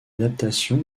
adaptation